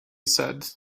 said